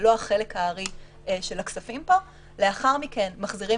זה לא החלק הארי של הכספים פה; לאחר מכן מחזירים